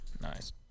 Nice